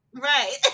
right